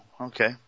okay